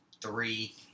three